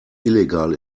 illegal